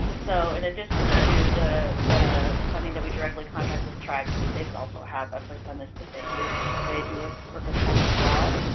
so, in addition to the the funding that we directly contract with tribes, the states also have a percentage that they do they do work with tribes as well.